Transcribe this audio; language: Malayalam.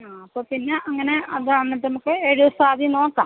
ആ അപ്പോൾ പിന്നെ അങ്ങനെ അത് വന്നിട്ട് നമുക്ക് ഏഴ് ദിവസം ആദ്യം നോക്കാം